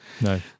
No